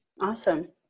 Awesome